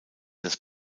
das